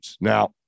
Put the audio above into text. Now